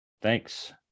thanks